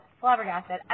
flabbergasted